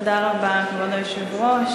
כבוד היושב-ראש,